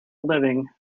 living